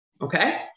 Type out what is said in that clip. okay